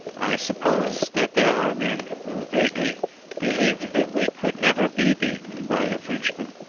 i suppose that there are men who vaguely believe that we could never be beaten by a frenchman,